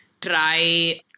try